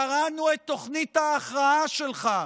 קראנו את תוכנית ההכרעה שלך,